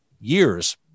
years